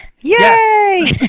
yay